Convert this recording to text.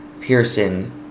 Pearson